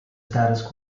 status